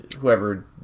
whoever